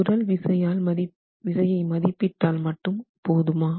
உறழ் விசையை மதிப்பிட்டால் மட்டும் போதுமா